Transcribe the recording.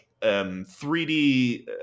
3D